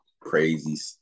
crazy